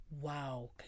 Wow